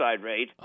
rate